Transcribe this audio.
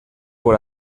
por